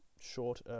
short